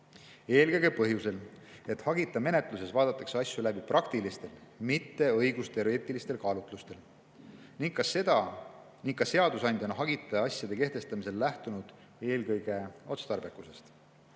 Eelkõige põhjusel, et hagita menetluses vaadatakse asju läbi praktilistel, mitte õigusteoreetilistel kaalutlustel, ning ka seadusandja on hagita asjade kehtestamisel lähtunud eelkõige otstarbekusest.